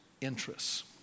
interests